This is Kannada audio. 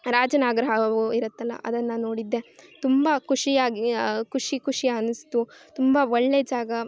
ರಾಜ ನಾಗರ ಹಾವೂ ಇರುತ್ತಲ್ಲ ಅದನ್ನು ನಾನು ನೋಡಿದ್ದೆ ತುಂಬ ಖುಷಿಯಾಗಿ ಖುಷಿ ಖುಷಿ ಅನ್ನಿಸ್ತು ತುಂಬ ಒಳ್ಳೆ ಜಾಗ